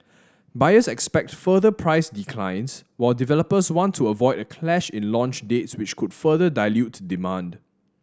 buyers expect further price declines while developers want to avoid a clash in launch dates which could further dilute demand